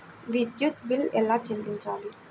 విద్యుత్ బిల్ ఎలా చెల్లించాలి?